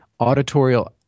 auditorial